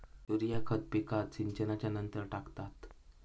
urea खत पिकात सिंचनच्या नंतर टाकतात